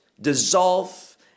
dissolve